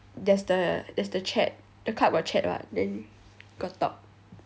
there's the there's the chat the club got chat [what] then got talk